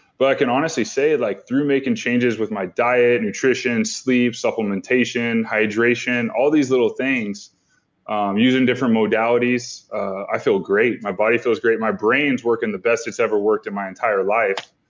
but i can honestly say like through making changes with my diet, nutrition, sleep, supplementation, hydration, all these little things um using different modalities, i feel great. my body feels great, my brain's working the best it's ever worked in my entire life